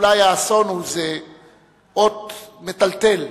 אולי האסון הזה הוא אות מטלטל,